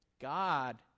God